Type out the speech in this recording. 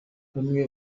bamwe